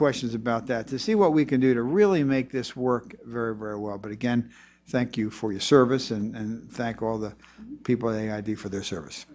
questions about that to see what we can do to really make this work very very well but again thank you for your service and thank all the people a id for their service